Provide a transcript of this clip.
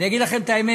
אני אגיד לכם את האמת.